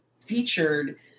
featured